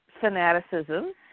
fanaticism